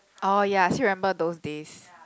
oh ya still remember those days